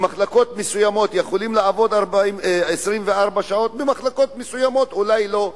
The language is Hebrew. במחלקות מסוימות יכולים לעבוד 24 שעות ובמחלקות מסוימות אולי לא,